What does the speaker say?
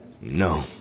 No